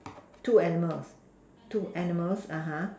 two animals two animals (uh huh)